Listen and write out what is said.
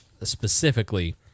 specifically